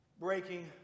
Breaking